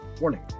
warning